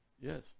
Yes